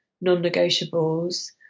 non-negotiables